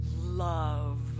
love